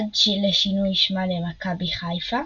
עד לשינוי שמה ל"מכבי חיפה"